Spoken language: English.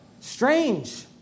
Strange